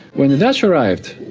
when the dutch arrived,